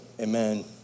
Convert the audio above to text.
amen